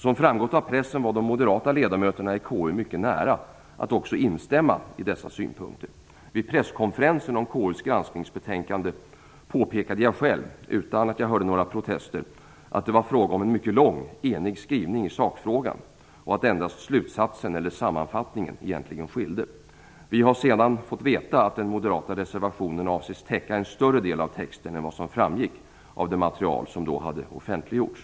Som framgått av pressen var de moderata ledamöterna i KU mycket nära att instämma i dessa synpunkter. Vid presskonferensen om KU:s granskningsbetänkande påpekade jag själv, utan att jag hörde några protester, att det var fråga om en mycket lång enig skrivning i sakfrågan och att egentligen endast slutsatsen eller sammanfattningen avvek. Vi har sedan fått veta att den moderata reservationen avses täcka en större del av texten än vad som framgick av det material som då hade offentliggjorts.